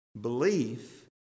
belief